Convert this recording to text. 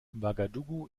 ouagadougou